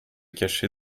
cacher